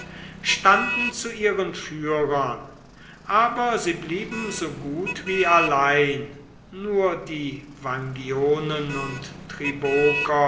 standen zu ihren führern aber sie blieben so gut wie allein nur die vangionen und